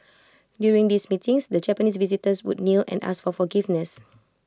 during these meetings the Japanese visitors would kneel and ask for forgiveness